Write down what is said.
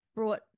Brought